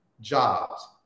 jobs